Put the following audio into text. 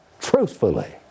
truthfully